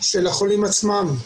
של החולים עצמם.